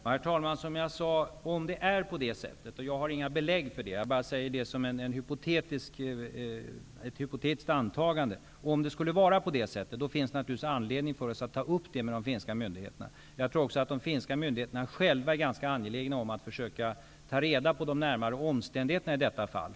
Herr talman! Om det är på det sättet -- jag har inga belägg för det, utan jag säger det bara som ett hypotetiskt antagande -- då finns det naturligtvis anledning för oss att ta upp saken med de finska myndigheterna. Jag tror också att de finska myndigheterna själva är ganska angelägna om att försöka ta reda på de närmare omständigheterna i detta fall.